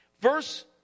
Verse